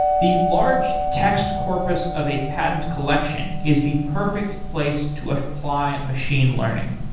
the large text corpus of a patent collection is the perfect place to apply machine learning.